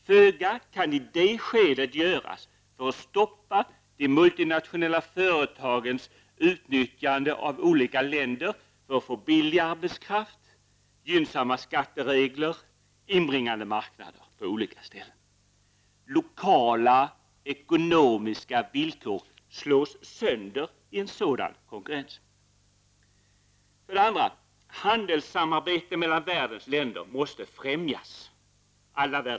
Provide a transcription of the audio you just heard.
Föga kan i det skedet göras för att stoppa de multinationella företagens utnyttjande av olika länder för att få billig arbetskraft, gynnsamma skatteregler och inbringande marknader. Lokala ekonomiska villkor slås sönder i en sådan konkurrens. 2. Handelssamarbete mellan alla världens länder måste främjas.